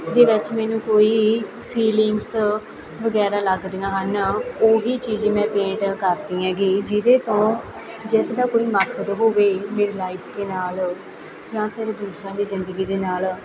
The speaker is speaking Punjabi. ਦੇ ਵਿੱਚ ਮੈਨੂੰ ਕੋਈ ਫੀਲਿੰਗਸ ਵਗੈਰਾ ਲੱਗਦੀਆਂ ਹਨ ਉਹ ਹੀ ਚੀਜ਼ ਮੈਂ ਪੇਂਟ ਕਰਦੀ ਹੈਗੀ ਜਿਹਦੇ ਤੋਂ ਜਿਸ ਦਾ ਕੋਈ ਮਕਸਦ ਹੋਵੇ ਮੇਰੀ ਲਾਈਫ ਦੇ ਨਾਲ ਜਾਂ ਫਿਰ ਦੂਜਿਆਂ ਦੀ ਜ਼ਿੰਦਗੀ ਦੇ ਨਾਲ